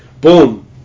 boom